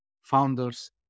founders